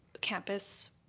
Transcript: campus